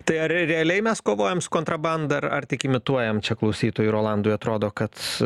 tai ar realiai mes kovojam su kontrabanda ar tik imituojam čia klausytojui rolandui atrodo kad